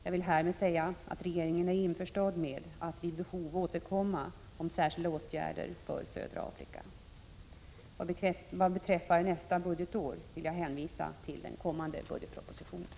Jag vill härmed säga att regeringen är införstådd med att vid behov återkomma om särskilda åtgärder för södra Afrika. Vad beträffar nästa budgetår vill jag hänvisa till den kommande budgetpropositionen.